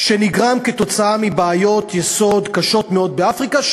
שנגרם מבעיות יסוד קשות מאוד באפריקה,